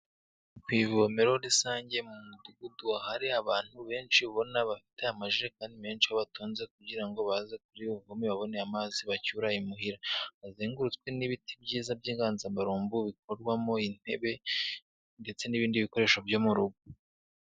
Ku ivomero rusange mu mudugudu, ahari abantu benshi ubona bafite amajerekani menshi batonze kugira ngo baza kuri bavome babone amazi bacyura imuhira, bazengurutswe n'ibiti byiza by'inganzamarumbu bikorwarwamo intebe ndetse n'ibindi bikoresho byo mu rugo.